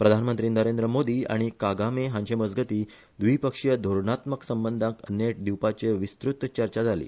प्रधानमंत्री नरेंद्र मोदी आनी कागामे हांचे मजगती व्दिपक्षीय धोरणात्मक संबंधाक नेट दिवपाचेर विस्तृत चर्चा जाली